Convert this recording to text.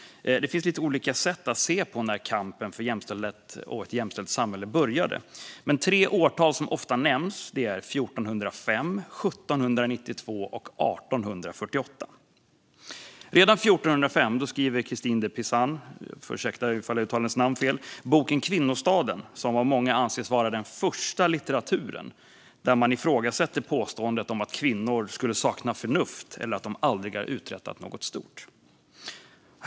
Det finns lite olika sätt att se på när kampen för jämställdhet och ett jämställt samhälle började. Men tre årtal som ofta nämns är 1405, 1792 och 1848. Redan 1405 skrev Christine de Pizan - jag ber om ursäkt om jag uttalar hennes namn fel - boken Kvinnostaden , som av många anses vara den första litteraturen där man ifrågasätter påståendet om att kvinnor skulle sakna förnuft eller att de aldrig har uträttat något stort.